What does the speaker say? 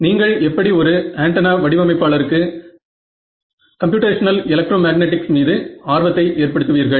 நீங்கள் எப்படி ஒரு ஆண்டனா வடிவமைப்பாளருக்கு கம்ப்யூடேஷனல் எலெக்ட்ரோ மேக்னெட்டிக்ஸ் மீது ஆர்வத்தை ஏற்படுத்துவீர்கள்